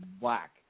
black